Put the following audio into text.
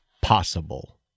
possible